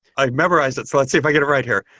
i've memorized it. let's see if i get it right here.